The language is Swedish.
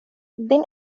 din